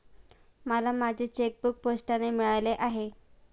मला माझे चेकबूक पोस्टाने मिळाले आहे